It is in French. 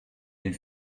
elle